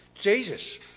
Jesus